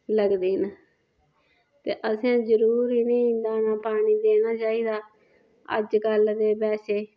लगदे न ते असेंगी जरुर इ'नेंगी दाना पानी देना चाहिदा अजकल ते बैसे